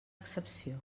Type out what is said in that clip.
excepció